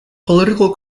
political